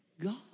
God